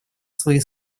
свои